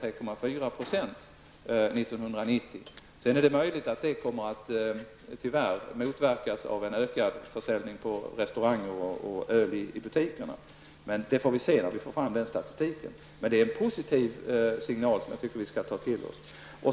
3,4 %. Sedan är det möjligt att det tyvärr kommer att motverkas av en ökad försäljning på restauranger och av öl i butikerna. Det får vi se när vi får fram den statistiken. Men det är en positiv signal som jag tycker att vi skall ta till oss.